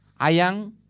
Ayang